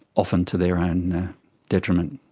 often to their own detriment.